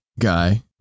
guy